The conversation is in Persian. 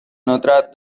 ندرت